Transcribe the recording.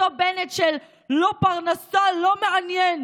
אותו בנט של "לא פרנסה, לא מעניין"?